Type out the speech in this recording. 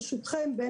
ברשותכם,